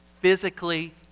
physically